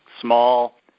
small